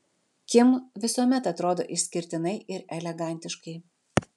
kim visuomet atrodo išskirtinai ir elegantiškai